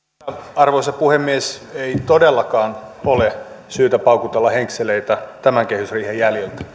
arvoisa puhemies ei todellakaan ole syytä paukutella henkseleitä tämän kehysriihen jäljiltä